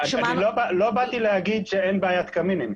לא באתי להגיד שאין בעיית קמינים.